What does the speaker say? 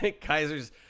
Kaiser's